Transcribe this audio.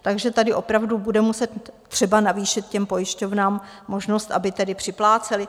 Takže tady opravdu bude třeba navýšit těm pojišťovnám možnost, aby tedy připlácely.